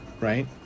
right